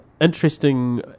interesting